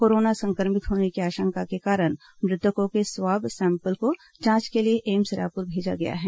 corona संक्रमित होने की आशंका के कारण मृतकों के स्वाब सैंपल को जांच के लिए एम्स रायपुर भेजा गया है